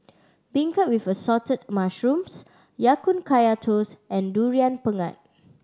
beancurd with Assorted Mushrooms Ya Kun Kaya Toast and Durian Pengat